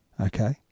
Okay